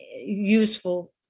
useful